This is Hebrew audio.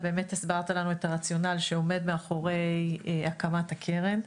אתה באמת הסברת לנו את הרציונל שעומד מאחורי הקמת הקרן.